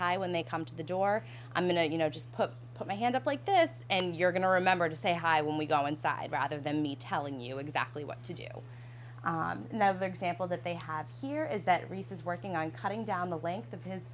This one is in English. hi when they come to the door i'm going to you know just put my hand up like this and you're going to remember to say hi when we go inside rather than me telling you exactly what to do and i have the example that they have here is that reece is working on cutting down the length of his